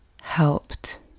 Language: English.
helped